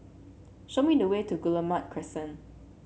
show me the way to Guillemard Crescent